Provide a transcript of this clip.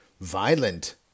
violent